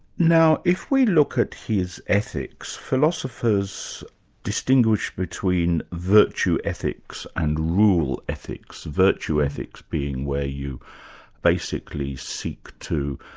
now if we look at his ethics, philosophers distinguish between virtue ethics and rule ethics, virtue ethics being where you basically seek to